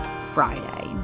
Friday